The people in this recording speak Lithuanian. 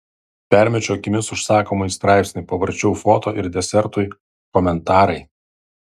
permečiau akimis užsakomąjį straipsnį pavarčiau foto ir desertui komentarai